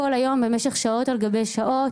כל היום במשך שעות על גבי שעות.